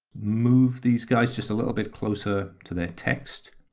move these guys just a little bit closer to their text.